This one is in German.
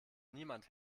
niemand